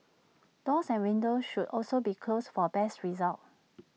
doors and windows should also be closed for best results